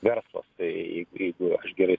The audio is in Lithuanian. verslas tai jeigu aš gerai